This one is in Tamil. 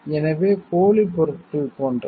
எனவே போலி பொருட்கள் போன்றவை